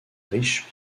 riche